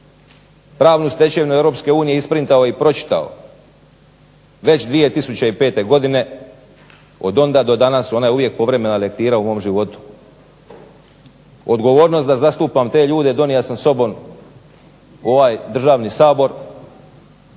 pravnu stečevinu EU isprintao i pročitao već 2005. godine. od onda do danas su ona uvijek povremena lektira u mom životu. Odgovornost da zastupam te ljude donio sam sobom u ovaj državni Sabor